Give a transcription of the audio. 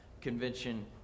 Convention